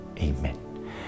Amen